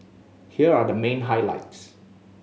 here are the main highlights